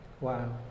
Wow